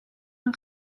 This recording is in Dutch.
een